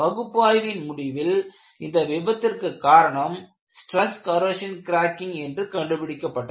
பகுப்பாய்வின் முடிவில் இந்த விபத்திற்கு காரணம் ஸ்ட்ரெஸ் கொரோசின் கிராக்கிங் என்று கண்டுபிடிக்கப்பட்டது